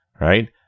Right